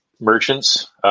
merchants